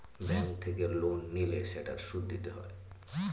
bank থেকে loan নিলে সেটার সুদ দিতে হয়